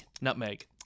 Nutmeg